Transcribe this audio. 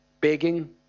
begging